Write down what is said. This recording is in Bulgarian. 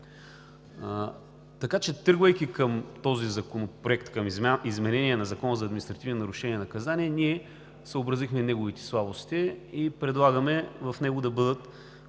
Тръгвайки към този законопроект, към изменение на Закона за административните нарушения и наказания, ние съобразихме неговите слабости и предлагаме в него да бъдат